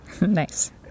Nice